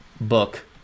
book